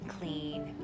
clean